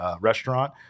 restaurant